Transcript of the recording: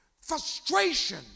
frustration